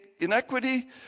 inequity